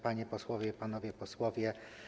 Panie Posłanki i Panowie Posłowie!